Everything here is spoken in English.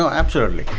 so absolutely.